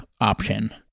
option